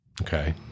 Okay